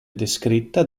descritta